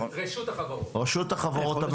רשות החברות הממשלתית.